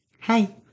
Hi